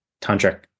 Tantric